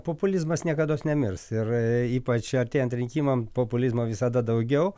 populizmas niekados nemirs ir ypač artėjant rinkimam populizmo visada daugiau